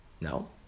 No